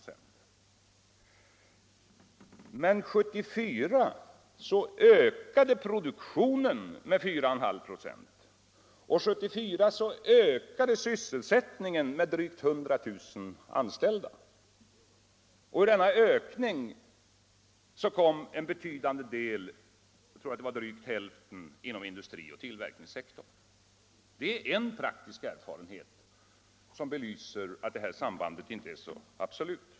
Under år 1974 däremot ökade produktionen med 4,5 96, och samma år ökade sysselsättningen med drygt 100 000 anställda. Av denna ökning kom en avgörande del — jag tror att det var drygt hälften — inom industrioch tillverkningssektorn. Detta är en praktisk erfarenhet, som belyser att det här sambandet inte är så absolut.